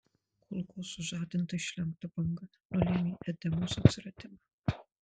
kulkos sužadinta išlenkta banga nulėmė edemos atsiradimą